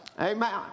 Amen